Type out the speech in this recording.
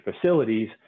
Facilities